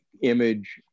image